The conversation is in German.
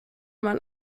man